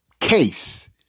case